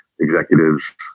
executives